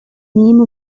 name